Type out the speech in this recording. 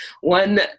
one